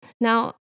Now